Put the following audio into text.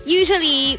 usually